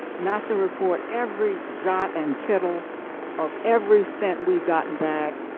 not to report every jot and tittle of every cent we have gotten back,